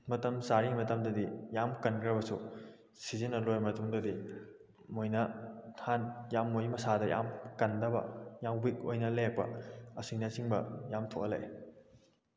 ꯃꯇꯝ ꯆꯥꯔꯤꯉꯩ ꯃꯇꯝꯗꯗꯤ ꯌꯥꯝ ꯀꯟꯈ꯭ꯔꯕꯁꯨ ꯁꯤꯖꯤꯟꯅꯕ ꯂꯣꯏꯔꯕ ꯃꯇꯨꯡꯗꯗꯤ ꯃꯣꯏꯅ ꯌꯥꯝ ꯃꯣꯏꯒꯤ ꯃꯁꯥꯗ ꯌꯥꯝ ꯀꯟꯗꯕ ꯌꯥꯝ ꯋꯤꯛ ꯑꯣꯏꯅ ꯂꯩꯔꯛꯄ ꯑꯁꯤꯅ ꯆꯤꯡꯕ ꯌꯥꯝ ꯊꯣꯛꯍꯜꯂꯛꯏ